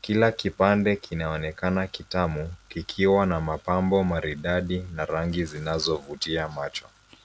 Kila kipande kinaonekana kitamu kikiwa na mapambo maridadi na rangi zinazovutia macho.